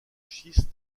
schiste